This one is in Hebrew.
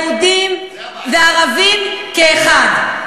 יהודים וערבים כאחד.